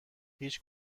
هیچ